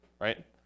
right